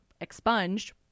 expunged